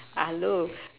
ah low